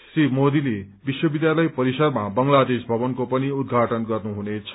श्री मोदीले विश्वविद्यालय परिसरमा बंगलादेश भवनको पनि उद्घाटन गर्नुहनेछ